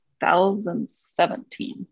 2017